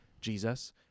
Jesus